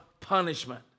punishment